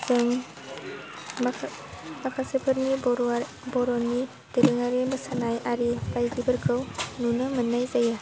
जों माखासेफोरनि बर' बर'नि दोरोङारि मोसानाय आरि बायदिफोरखौ नुनो मोन्नाय जायो